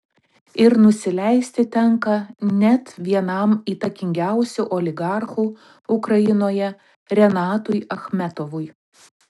ir nusileisti tenka net vienam įtakingiausių oligarchų ukrainoje renatui achmetovui